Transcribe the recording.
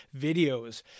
videos